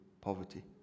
poverty